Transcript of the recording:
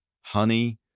Honey